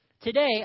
Today